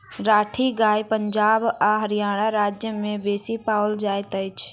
राठी गाय पंजाब आ हरयाणा राज्य में बेसी पाओल जाइत अछि